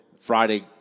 Friday